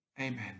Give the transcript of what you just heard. Amen